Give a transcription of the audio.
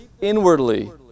inwardly